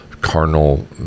carnal